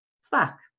Slack